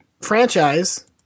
franchise